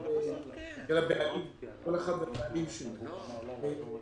כל אחד והבעלים שלו.